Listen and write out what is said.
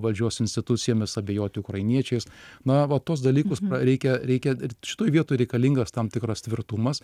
valdžios institucijomis abejot ukrainiečiais na va tuos dalykus reikia reikia ir šitoj vietoj reikalingas tam tikras tvirtumas